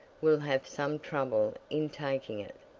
will have some trouble in taking it.